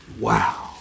Wow